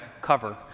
cover